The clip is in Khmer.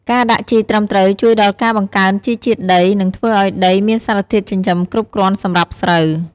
ការដាក់ជីត្រឹមត្រូវជួយដល់ការបង្កើនជីជាតិដី និងធ្វើឱ្យដីមានសារធាតុចិញ្ចឹមគ្រប់គ្រាន់សម្រាប់ស្រូវ។